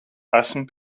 esmu